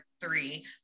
three